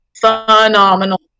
Phenomenal